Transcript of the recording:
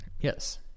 Yes